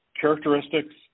characteristics